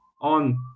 on